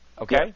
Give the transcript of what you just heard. Okay